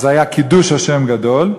אז היה קידוש השם גדול,